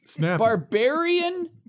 barbarian